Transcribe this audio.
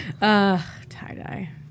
Tie-dye